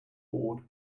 bored